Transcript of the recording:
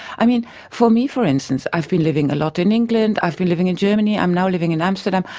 i mean for me, for instance, i've been living a lot in england, i've been living in germany, i'm now living in amsterdam.